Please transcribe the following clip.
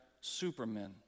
supermen